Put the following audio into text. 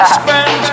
spend